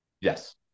Yes